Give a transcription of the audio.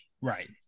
Right